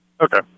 Okay